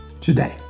today